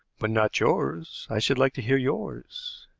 but not yours. i should like to hear yours.